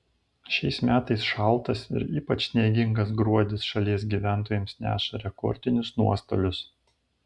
šiais metais šaltas ir ypač sniegingas gruodis šalies gyventojams neša rekordinius nuostolius